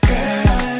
Girl